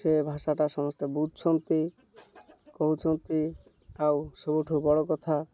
ସେ ଭାଷାଟା ସମସ୍ତେ ବୁଝୁଛନ୍ତି କହୁଛନ୍ତି ଆଉ ସବୁଠୁ ବଡ଼ କଥା